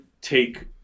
take